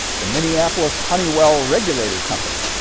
the minneapolis-honeywell regulator company,